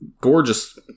gorgeous